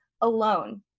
alone